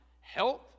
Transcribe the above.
health